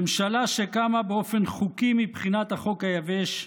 ממשלה שקמה באופן חוקי מבחינת החוק היבש,